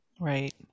Right